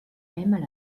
einmal